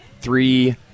three